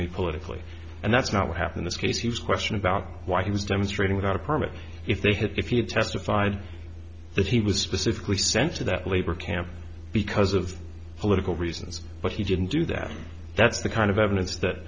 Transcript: me politically and that's not what happened this case he was question about why he was demonstrating without a permit if they had if he had testified that he was specifically sent to that labor camp because of political reasons but he didn't do that that's the kind of evidence that